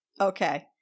Okay